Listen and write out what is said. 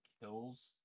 kills